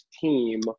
team